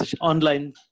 online